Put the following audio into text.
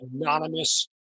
anonymous